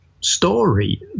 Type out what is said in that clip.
story